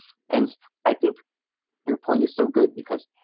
and i think your point is so good because,